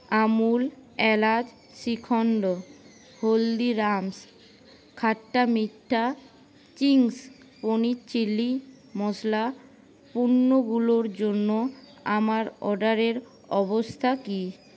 আমুল এলাচ shrikhand Haldiram's khatta meetha Ching's paneer chilli masala পণ্যগুলোর জন্য আমার অর্ডারের অবস্থা কী